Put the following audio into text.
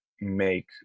make